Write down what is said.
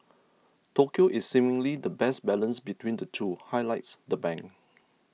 Tokyo is seemingly the best balance between the two highlights the bank